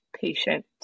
patient